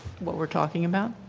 what we are talking about.